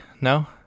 No